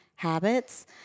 habits